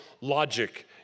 logic